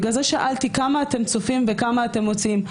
בגלל זה שאלתי כמה אתם צופים וכמה אתם מוציאים.